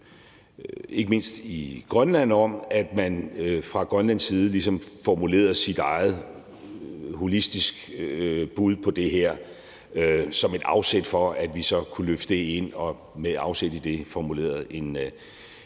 ikke mindst i Grønland, om, at man fra Grønlands side ligesom formulerede sit eget holistiske bud på det her som et afsæt for, at vi så kunne løfte det ind og med afsæt i det formulerede en arktisk